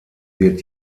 wird